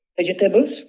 Vegetables